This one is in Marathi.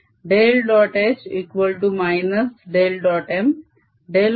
H